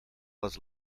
les